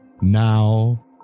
Now